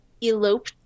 elope